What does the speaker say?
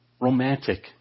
romantic